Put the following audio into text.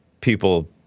people